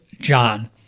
John